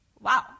Wow